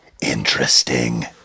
Interesting